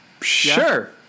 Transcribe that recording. Sure